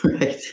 Right